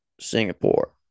Singapore